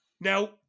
Now